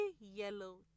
yellow